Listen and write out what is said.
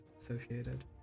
associated